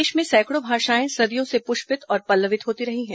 देश में सैकड़ों भाषाएं सदियों से पुष्पित और पल्वित होती रही हैं